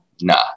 Nah